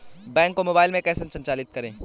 Bank को mobile में कैसे संचालित करें?